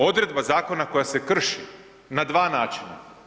Odredba zakona koja se krši na dva načina.